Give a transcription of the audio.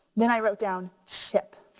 then i wrote down chip,